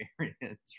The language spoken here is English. experience